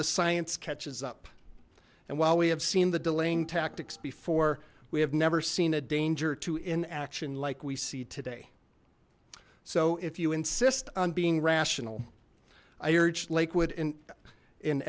the science catches up and while we have seen the delaying tactics before we have never seen a danger to inaction like we see today so if you insist on being rational i urge lakewood in in